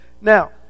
now